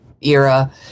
era